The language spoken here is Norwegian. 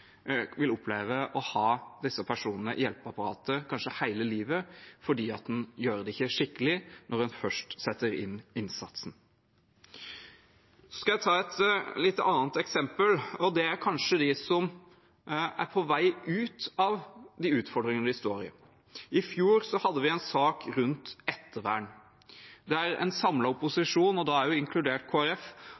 vil oppleve å ha disse personene i hjelpeapparatet kanskje hele livet deres, fordi en ikke gjør det skikkelig når en først setter inn innsatsen. Så skal jeg ta et litt annet eksempel, og det er dem som kanskje er på vei ut av de utfordringene de står i. I fjor hadde vi en sak rundt ettervern, der en samlet opposisjon,